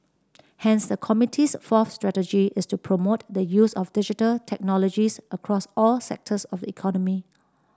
hence the committee's fourth strategy is to promote the use of Digital Technologies across all sectors of economy